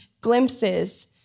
glimpses